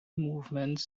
movements